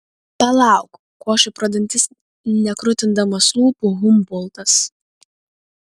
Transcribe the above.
palauk košė pro dantis nekrutindamas lūpų humboltas